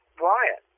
brian